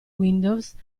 windows